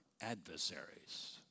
adversaries